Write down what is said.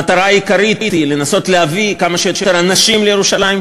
המטרה העיקרית היא לנסות להביא כמה שיותר אנשים לירושלים,